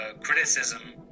criticism